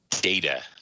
data